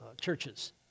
churches